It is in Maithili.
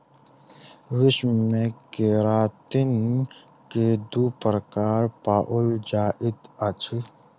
विश्व मे केरातिन के दू प्रकार पाओल जाइत अछि